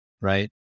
right